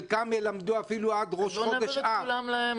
חלקם ילמדו אפילו עד ראש חודש אב.